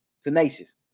Tenacious